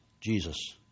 Jesus